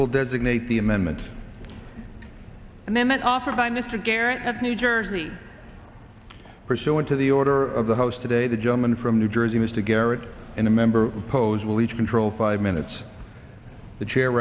call designate the amendment and then that offer by mr garrett of new jersey pursuant to the order of the house today the gentleman from new jersey mr garrett in a member pose will each control five minutes the chair